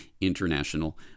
international